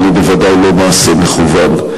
אבל היא בוודאי לא מעשה מכוון.